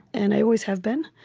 and i always have been.